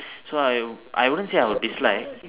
so I I wouldn't say I will dislike